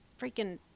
freaking